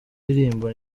indirimbo